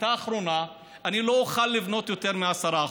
הכיתה האחרונה, אני לא אוכל לבנות יותר מ-10%.